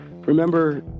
Remember